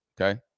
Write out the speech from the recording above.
Okay